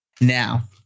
Now